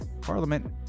Parliament